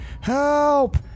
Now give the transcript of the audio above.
help